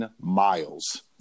miles